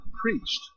preached